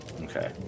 Okay